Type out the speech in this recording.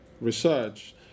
research